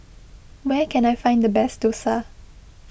where can I find the best Dosa